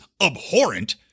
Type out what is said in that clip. abhorrent